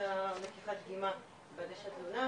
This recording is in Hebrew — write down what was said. לקיחת הדוגמא בהגשת תלונה,